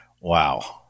Wow